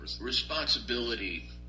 Responsibility